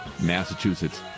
Massachusetts